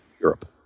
Europe